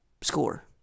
score